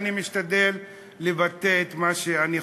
אבל גם בדמוקרטיה שיש לי אני משתדל לבטא את מה שאני חושב.